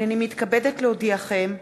הנני מתכבדת להודיעכם,